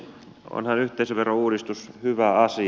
onhan yhteisöverouudistus hyvä asia